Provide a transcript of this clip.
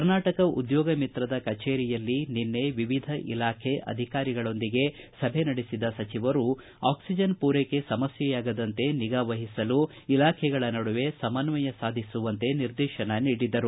ಕರ್ನಾಟಕ ಉದ್ಯೋಗ ಮಿತ್ರದ ಕಚೇರಿಯಲ್ಲಿ ನಿನ್ನೆ ವಿವಿಧ ಇಲಾಖೆ ಅಧಿಕಾರಿಗಳೊಂದಿಗೆ ಸಭೆ ನಡೆಸಿದ ಸಚಿವರು ಆಕ್ಲಿಜನ್ ಪೂರೈಕೆ ಸಮಸ್ತೆ ಆಗದಂತೆ ನಿಗಾವಹಿಸಲು ಇಲಾಖೆಗಳ ನಡುವೆ ಸಮನ್ವಯ ಸಾಧಿಸುವಂತೆ ನಿರ್ದೇಶನ ನೀಡಿದರು